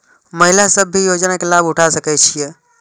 महिला सब भी योजना के लाभ उठा सके छिईय?